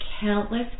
countless